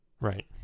Right